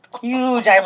Huge